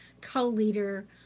co-leader